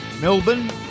Melbourne